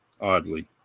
oddly